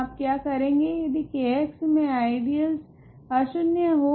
आप क्या करेगे यदि K मे आइडियलस अशून्य हो